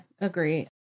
agree